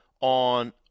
on